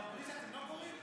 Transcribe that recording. ולאופוזיציה אתם לא קוראים?